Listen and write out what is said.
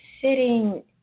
sitting